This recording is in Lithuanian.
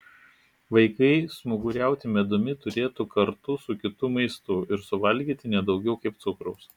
vaikai smaguriauti medumi turėtų kartu su kitu maistu ir suvalgyti ne daugiau kaip cukraus